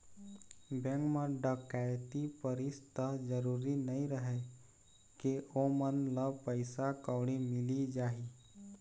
bank म डकैती परिस त जरूरी नइ रहय के ओमन ल पइसा कउड़ी मिली जाही